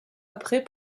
après